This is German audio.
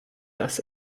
das